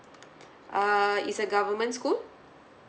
uh it's a government school